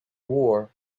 war